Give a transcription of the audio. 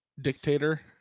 Dictator